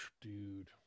Dude